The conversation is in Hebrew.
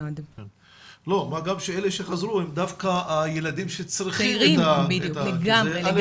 מה גם שאלה שחזרו הם דווקא הילדים שצריכים את ה- -- לגמרי.